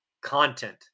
content